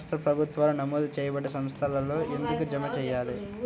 రాష్ట్ర ప్రభుత్వాలు నమోదు చేయబడ్డ సంస్థలలోనే ఎందుకు జమ చెయ్యాలి?